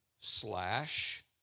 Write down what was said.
slash